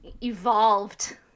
evolved